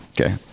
Okay